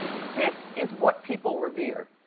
this is what people revere.